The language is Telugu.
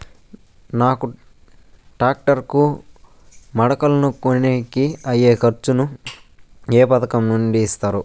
నాకు టాక్టర్ కు మడకలను కొనేకి అయ్యే ఖర్చు ను ఏ పథకం నుండి ఇస్తారు?